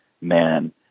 man